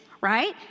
right